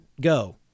go